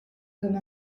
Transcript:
comme